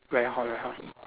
very hot ah hot